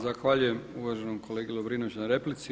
Zahvaljujem uvaženom kolegi Lovrinoviću na replici.